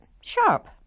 sharp